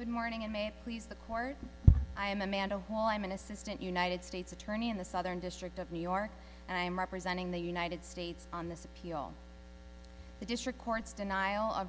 good morning and may please the court i am amanda while i'm an assistant united states attorney in the southern district of new york and i am representing the united states on this appeal the district court's denial of